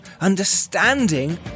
understanding